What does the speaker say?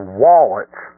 wallets